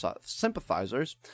sympathizers